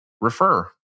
refer